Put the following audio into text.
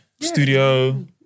studio